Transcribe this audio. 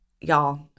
y'all